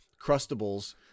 crustables